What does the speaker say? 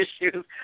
issues